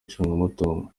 icungamutungo